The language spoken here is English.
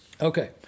Okay